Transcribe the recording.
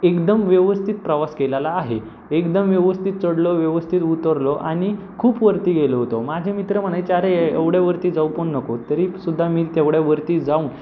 एकदम व्यवस्थित प्रवास केलेला आहे एकदम व्यवस्थित चढलो व्यवस्थित उतरलो आणि खूप वरती गेलो होतो माझे मित्र म्हणायचे अरे एवढ्यावरती जाऊ पण नको तरीसुद्धा मी तेवढ्यावरती जाऊन